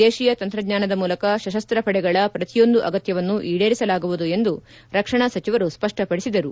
ದೇಶೀಯ ತಂತ್ರಜ್ಞಾನದ ಮೂಲಕ ಸಶಸ್ತ ಪಡೆಗಳ ಪ್ರತಿಯೊಂದು ಅಗತ್ತವನ್ನು ಈಡೇರಿಸಲಾಗುವುದು ಎಂದು ರಕ್ಷಣಾ ಸಚಿವರು ಸ್ಪಷ್ಟಪಡಿಸಿದರು